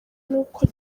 n’uko